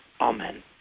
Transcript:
amen